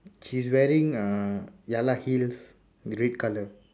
she's wearing uh ya lah heels with red colour